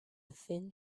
thin